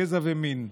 גזע ומין,